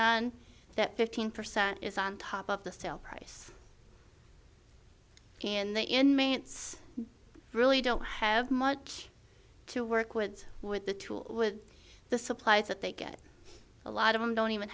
on that fifteen percent is on top of the still price in the inmates really don't have much to work with with the tools with the supplies that they get a lot of them don't even